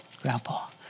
grandpa